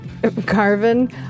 Carvin